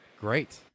great